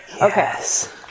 yes